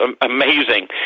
amazing